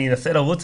אני אנסה לרוץ,